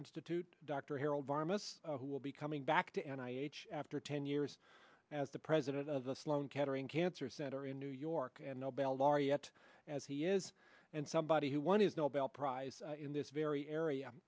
institute dr harold varmus who will be coming back to and i after ten years as the president of the sloan kettering cancer center in new york and nobel laureate as he is and somebody who won his nobel prize in this very area